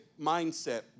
mindset